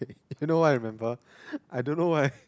if you know what I remember I don't know why